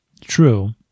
True